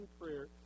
prayer